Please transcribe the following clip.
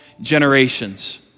generations